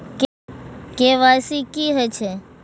KYC की हे छे?